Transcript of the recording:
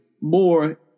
more